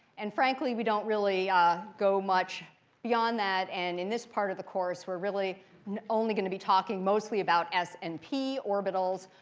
and frankly we don't really ah go much beyond that. and in this part of the course, we're really and only going to be talking mostly about s and p orbitals.